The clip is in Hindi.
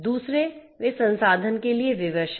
दूसरे वे संसाधन के लिए विवश हैं